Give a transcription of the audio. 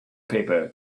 paper